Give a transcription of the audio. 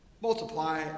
Multiply